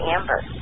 Amber